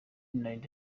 nari